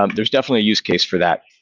um there's definitely a use case for that.